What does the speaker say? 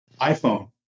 iPhone